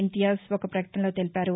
ఇంతియాజ్ ఒక ప్రకటనలో తెలిపారు